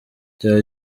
byaba